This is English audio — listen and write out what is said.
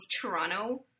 Toronto